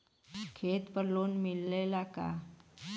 खेत पर लोन मिलेला का?